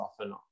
often